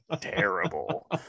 terrible